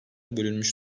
bölünmüş